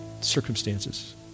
circumstances